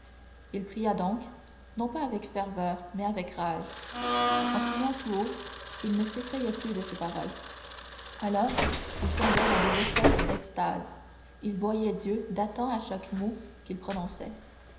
il pria donc non pas avec ferveur mais avec rage en priant tout haut il ne s'effrayait plus de ses paroles alors il tombait dans des espèces d'extases il voyait dieu éclatant à chaque mot qu'il prononçait